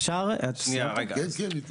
שנייה רגע.